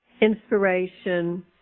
inspiration